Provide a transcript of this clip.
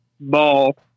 ball